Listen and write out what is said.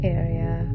area